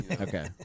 okay